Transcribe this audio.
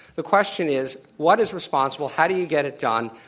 the question is, what is responsible, how do you get it done,